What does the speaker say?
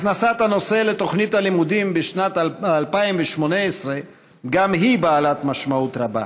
הכנסת הנושא לתוכנית הלימודים בשנת 2018 גם היא בעלת משמעות רבה.